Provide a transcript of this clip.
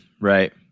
Right